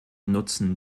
nutzen